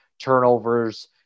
turnovers